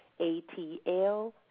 ATL